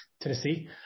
Tennessee